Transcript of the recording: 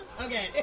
Okay